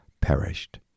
perished